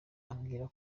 ambwira